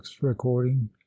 recording